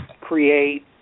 create